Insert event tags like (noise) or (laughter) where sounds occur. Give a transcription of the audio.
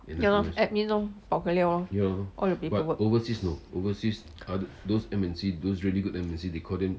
ya lor admin lor all the paperwork (noise)